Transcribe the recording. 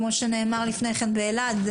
כפי שנאמר לפני כן באלעד,